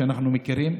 שאנחנו מכירים.